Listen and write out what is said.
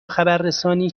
خبررسانی